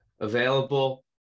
available